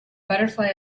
butterfly